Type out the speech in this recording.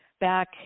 back